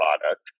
product